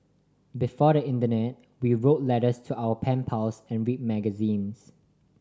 before the internet we wrote letters to our pen pals and read magazines